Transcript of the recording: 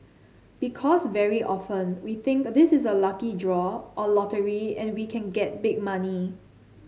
because very often we think this is a lucky draw or lottery and we can get big money